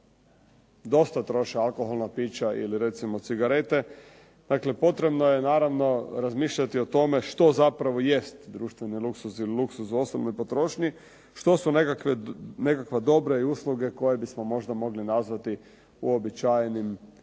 dosta troše alkoholna pića ili recimo cigarete. Dakle, potrebno je naravno razmišljati o tome što zapravo jest društveni luksuz ili luksuz u osobnoj potrošnji, što su nekakva dobra i usluge koja bismo možda mogli nazvati uobičajenim